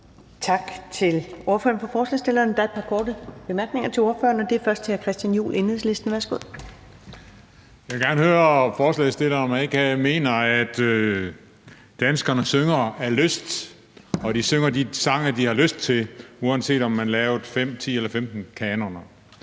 ordføreren for forslagsstillerne, om ikke han mener, at danskerne synger af lyst, og at de synger de sange, de har lyst til, uanset om man laver 5, 10 eller 15 kanoner.